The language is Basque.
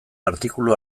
artikulu